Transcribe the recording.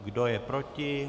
Kdo je proti?